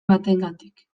bategatik